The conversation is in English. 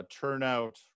Turnout